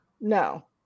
no